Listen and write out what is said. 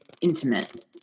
intimate